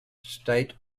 state